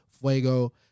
Fuego